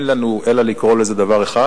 אין לנו אלא לקרוא לזה דבר אחד: